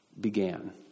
began